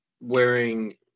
wearing